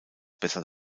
besser